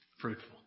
fruitful